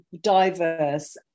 diverse